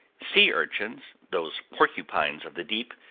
sea urchins, those porcupines of the deep,